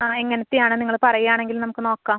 ആ എങ്ങനത്തയാണ് നിങ്ങൾ പറയാണെങ്കിൽ നമുക്ക് നോക്കാം